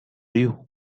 you